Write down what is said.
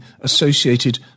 associated